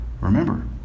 Remember